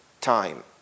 time